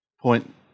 point